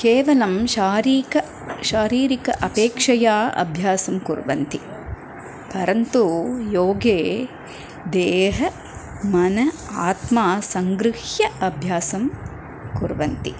केवलं शारीरिक शारीरिक अपेक्षया अभ्यासं कुर्वन्ति परन्तु योगे देहः मनः आत्मा सङ्गृह्य अभ्यासं कुर्वन्ति